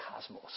cosmos